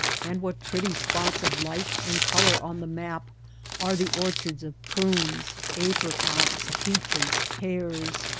and what pretty spots of light and color on the map are the orchards of prunes, apricots, peaches, pears,